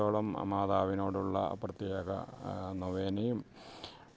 തോളം മാതാവിനോടുള്ള പ്രത്യേക നൊവേനയും